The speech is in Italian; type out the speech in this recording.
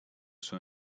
sue